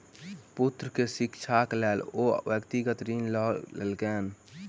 पुत्र के शिक्षाक लेल ओ व्यक्तिगत ऋण लय लेलैन